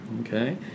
okay